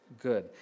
good